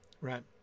right